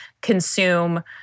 consume